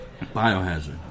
Biohazard